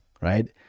Right